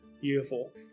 beautiful